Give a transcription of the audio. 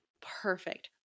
perfect